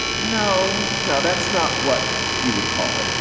no, no, that's not what you would call it.